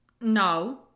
No